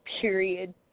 period